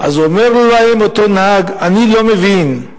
אז אומר להם אותו נהג: אני לא מבין,